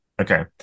Okay